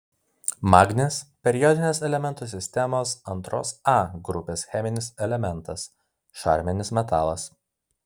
magnis periodinės elementų sistemos iia grupės cheminis elementas šarminis metalas